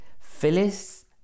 Phyllis